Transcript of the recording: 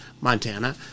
montana